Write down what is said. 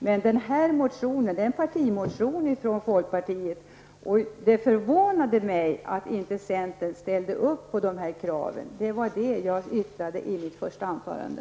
Det förvånade mig att centern inte ställde sig bakom kraven i den här motionen, som är en partimotion från folkpartiet. Det var vad jag yttrade i mitt första anförande.